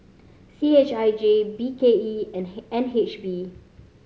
C H I J B K E and N H B